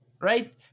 right